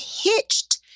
hitched